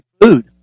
food